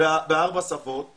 בארבע שפות.